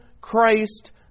Christ